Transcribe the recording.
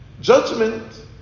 Judgment